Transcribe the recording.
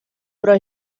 però